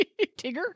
Tigger